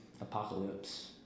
Apocalypse